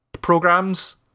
programs